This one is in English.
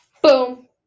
Boom